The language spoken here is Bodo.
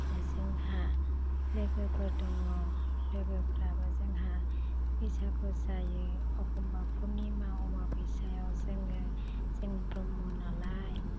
जोंहा लोगोफोर दङ लोगोफ्राबो जोंहा बैसागु जायो अखमबा फुर्णिमा अमाबैसायाव जोङो जों ब्रह्म नालाय